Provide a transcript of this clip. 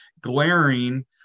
glaring